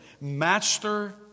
Master